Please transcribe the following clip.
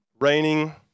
raining